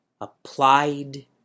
applied